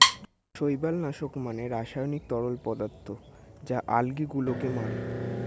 শৈবাল নাশক মানে রাসায়নিক তরল পদার্থ যা আলগী গুলোকে মারে